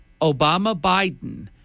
Obama-Biden